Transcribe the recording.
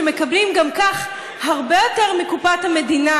שמקבלים גם כך הרבה יותר מקופת המדינה,